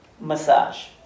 massage